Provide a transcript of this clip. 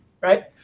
right